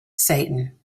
satan